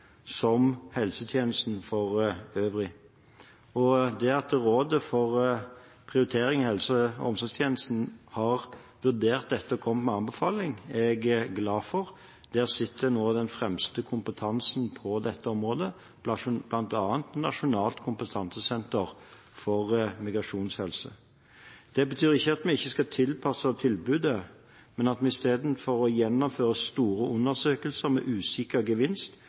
som helsetjenesten for øvrig. Det at Rådet for prioritering i helse- og omsorgstjenesten har vurdert dette og kommet med en anbefaling, er jeg glad for. Der sitter nå den fremste kompetansen på dette området, bl.a. Nasjonal kompetanseenhet for minoritetshelse. Det betyr ikke at vi ikke skal tilpasse tilbudet, men at vi i stedet for å gjennomføre store undersøkelser med usikker gevinst,